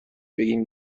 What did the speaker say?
بگیم